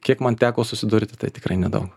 kiek man teko susidurti tai tikrai nedaug